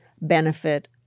benefit